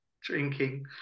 drinking